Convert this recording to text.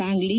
Sangli